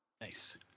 Nice